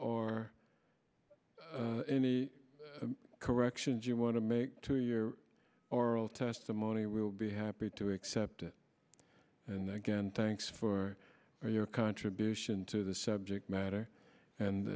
or any corrections you want to make to your oral testimony we'll be happy to accept it and then again thanks for your contribution to the subject matter and